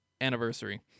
anniversary